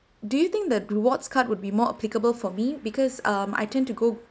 do you think the rewards card would be more applicable for me because um I tend to go